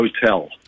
hotel